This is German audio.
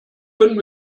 können